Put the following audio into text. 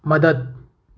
મદદ